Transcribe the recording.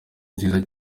nziza